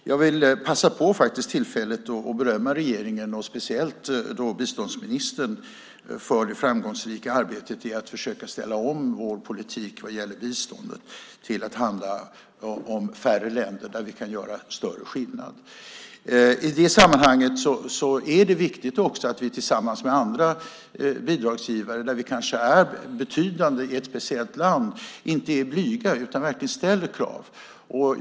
Herr talman! Jag vill passa på tillfället att berömma regeringen, speciellt biståndsministern, för det framgångsrika arbetet med att försöka ställa om vår politik vad gäller biståndet till att handla om färre länder där vi kan göra större skillnad. I det sammanhanget är det också viktigt att vi, tillsammans med andra bidragsgivare, i länder där vi är betydande inte är blyga utan verkligen ställer krav.